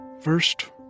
First